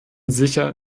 sicher